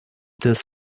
this